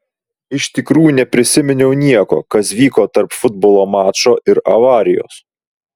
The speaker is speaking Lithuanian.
iš tikrųjų neprisiminiau nieko kas vyko tarp futbolo mačo ir avarijos